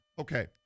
Okay